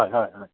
হয় হয় হয়